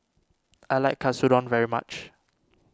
I like Katsudon very much